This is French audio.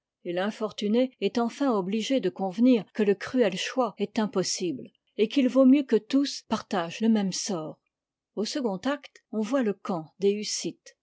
et l'infortunée est enfin obligée de convenir que le cruel choix est impossible etqu'ilvaut mieux que tous partagent le même sort au second acte on voit le camp des